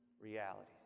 realities